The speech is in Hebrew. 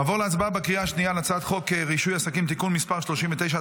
נעבור להצבעה בקריאה שנייה על הצעת חוק רישוי עסקים (תיקון מס' 39),